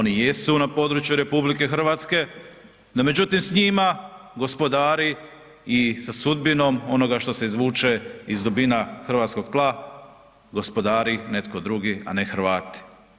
Oni jesu na području RH, no međutim, s njima gospodari i sa sudbinom onoga što se izvuče iz dubina hrvatskog tla, gospodari netko drugi, a ne Hrvati.